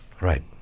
Right